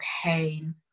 pain